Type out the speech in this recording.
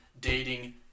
dating